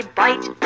bite